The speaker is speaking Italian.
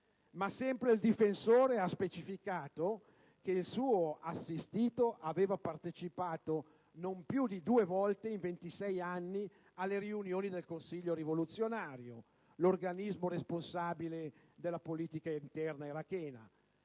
ma lo stesso difensore ha specificato che il suo assistito aveva partecipato non più di due volte in ventisei anni alle riunioni del consiglio rivoluzionario, l'organismo responsabile della politica interna irachena.